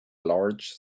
large